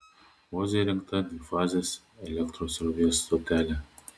oze įrengta dvifazės elektros srovės stotelė